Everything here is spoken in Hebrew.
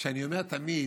כשאני אומר תמיד